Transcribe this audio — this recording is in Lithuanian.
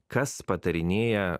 kas patarinėja